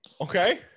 Okay